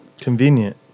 Convenient